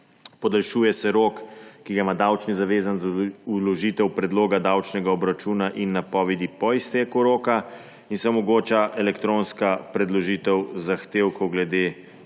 podaljšuje se rok, ki ga ima davčni zavezanec za vložitev predloga davčnega obračuna in napovedi po izteku roka in omogoča se elektronska predložitev zahtevkov glede davčnega